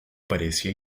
parecía